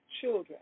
children